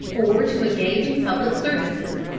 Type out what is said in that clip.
or to engage in public services,